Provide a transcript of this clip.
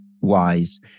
wise